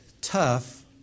tough